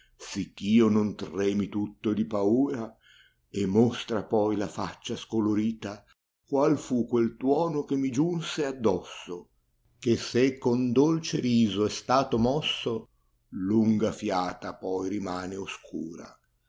sicch io non tremi tutto di paura e mostra poi la faccia scolorita qual fu quel tuono che mi unse addosso che se con dolce riso è stato mosso lunga fiata poi rimane oscura